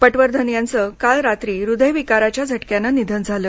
पटवर्धन यांचे काल रात्री हृदयविकाराच्या झटक्याने निधन झाले